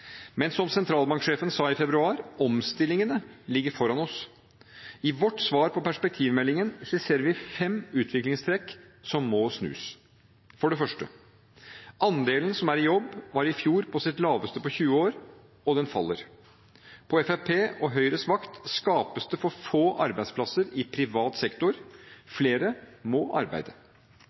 Men som sentralbanksjefen sa i februar: Omstillingene ligger foran oss. I vårt svar på perspektivmeldingen skisserer vi fem utviklingstrekk som må snus. For det første: Andelen som er i jobb, var i fjor på sitt laveste på tyve år, og den faller. På Fremskrittspartiet og Høyres vakt skapes det for få arbeidsplasser i privat sektor. Flere må arbeide.